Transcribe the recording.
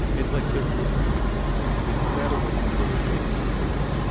it's like there's this incredible equilibrium between,